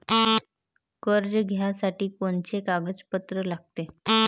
कर्ज घ्यासाठी कोनचे कागदपत्र लागते?